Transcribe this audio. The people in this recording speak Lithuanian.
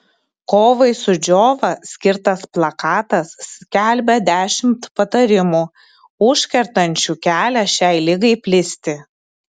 kovai su džiova skirtas plakatas skelbia dešimt patarimų užkertančių kelią šiai ligai plisti